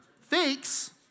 fakes